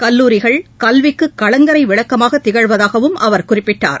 கல்லூரிகள் கல்விக்கு களங்கரை விளக்கமாக திகழ்வதாகவும் அவர் குறிப்பிட்டார்